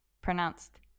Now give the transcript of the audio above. pronounced